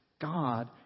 God